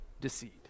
deceit